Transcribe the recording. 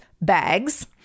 bags